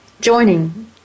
joining